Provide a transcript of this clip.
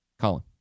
Colin